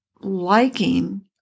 liking